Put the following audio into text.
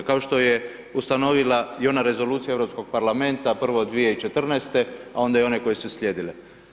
Kao što je ustanovila i ona rezolucija Europskog parlamenta, prvo 2014. a onda i one koji su slijedile.